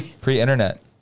Pre-internet